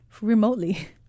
remotely